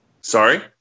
Sorry